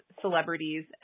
celebrities